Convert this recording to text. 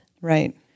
Right